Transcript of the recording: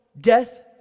death